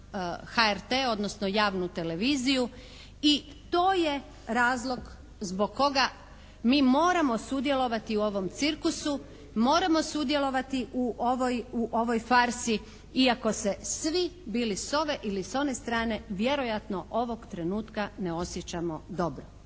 HRT odnosno javnu televiziju i to je razlog zbog koga mi moramo sudjelovati u ovom cirkusu, moramo sudjelovati u ovoj farsi iako se svi bili s ove ili s one strane vjerojatno ovog trenutka ne osjećamo dobro.